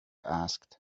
asked